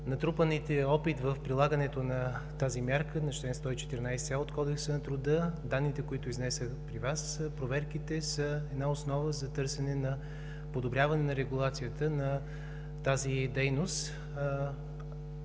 натрупаният опит в прилагането на тази мярка на чл. 114а от Кодекса на труда, данните които изнесох пред Вас, проверките, са една основа за търсене на подобряване на регулацията на тази дейност.